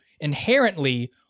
inherently